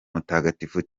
mutagatifu